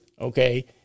okay